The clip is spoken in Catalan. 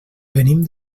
venim